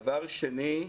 דבר שני,